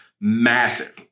massive